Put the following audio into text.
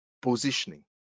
positioning